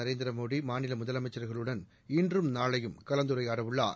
நரேந்திரமோடி மாநில முதலமைச்சர்களுடன் இன்றும் நாளையும் கலந்துரையாட உள்ளார்